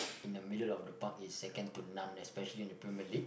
in the middle of the park is second to none especially in Premier League